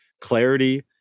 clarity